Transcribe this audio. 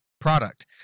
product